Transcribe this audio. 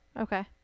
Okay